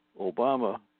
Obama